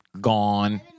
Gone